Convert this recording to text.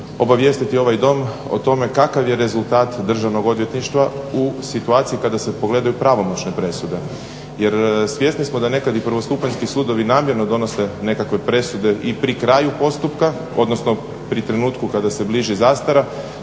obavijestiti ovaj Dom o tome kakav je rezultat Državno odvjetništva u situaciji kada se pogledaju pravomoćne presude. Jer svjesni smo ponekad da i prvostupanjski sudovi namjerno donose nekakve presude i pri kraju postupka odnosno pri trenutku kada se bliži zastara,